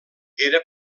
era